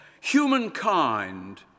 Humankind